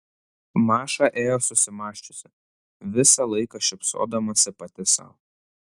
maša ėjo susimąsčiusi visą laiką šypsodamasi pati sau